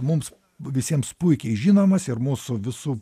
mums visiems puikiai žinomas ir mūsų visų